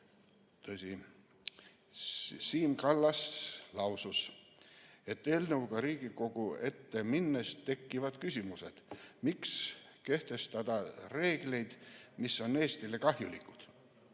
Siim Kallas lausus, et kui eelnõuga Riigikogu ette tullakse, siis tekivad küsimused, miks kehtestada reegleid, mis on Eestile kahjulikud.